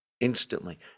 Instantly